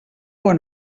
bon